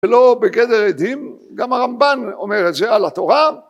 ולא בגדר עדים, גם הרמב״ן אומר את זה על התורה